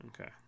Okay